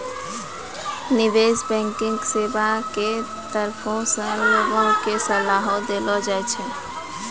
निबेश बैंकिग सेबा के तरफो से लोगो के सलाहो देलो जाय छै